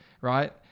right